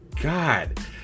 God